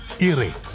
Ire